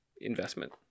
investment